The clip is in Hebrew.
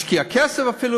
השקיע כסף אפילו,